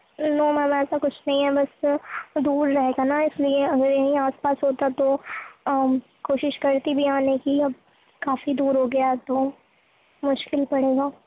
نو ma'am ایسا کچھ نہیں ہے بس دور رہے گا نا اس لیے اگر یہیں آس پاس ہوتا تو کوشش کرتی بھی آنے کی اب کافی دور ہو گیا ہے تو مشکل پڑے گا